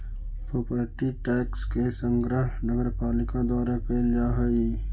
property tax के संग्रह नगरपालिका द्वारा कैल जा हई